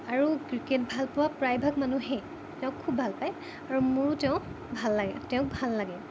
আৰু ক্ৰিকেট ভাল পোৱা প্ৰায়ভাগ মানুহেই তেওঁক খুব ভাল পায় আৰু মোৰো তেওঁ ভাল লাগে তেওঁক ভাল লাগে